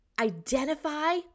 identify